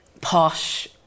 posh